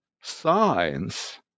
science